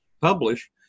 publish